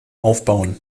aufbauen